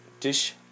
dish